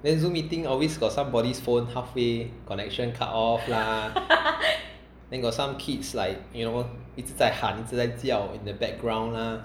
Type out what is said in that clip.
then zoom meeting always got somebody's phone halfway connection cut off lah then got some kids like you know 一直在喊一直在叫 in the background lah